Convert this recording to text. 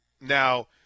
Now